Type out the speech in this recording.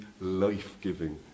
life-giving